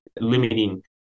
limiting